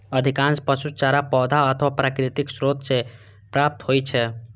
अधिकांश पशु चारा पौधा अथवा प्राकृतिक स्रोत सं प्राप्त होइ छै